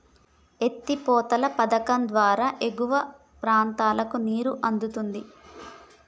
ఎత్తి పోతల పధకం ద్వారా ఎగువ ప్రాంతాలకు నీరు అందుతుంది